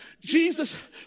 Jesus